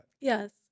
Yes